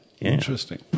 Interesting